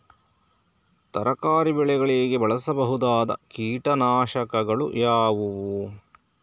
ತರಕಾರಿ ಬೆಳೆಗಳಿಗೆ ಬಳಸಬಹುದಾದ ಕೀಟನಾಶಕಗಳು ಯಾವುವು?